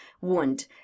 wound